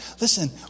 listen